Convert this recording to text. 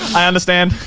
i understand.